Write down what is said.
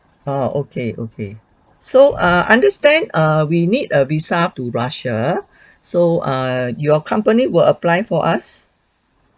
oh okay okay so err understand err we need a visa to russia so err your company will apply for us